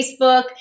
Facebook